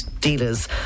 dealers